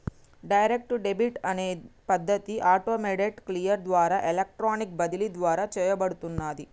direct debit అనే పద్ధతి automated clear ద్వారా ఎలక్ట్రానిక్ బదిలీ ద్వారా చేయబడుతున్నాది